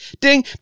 Ding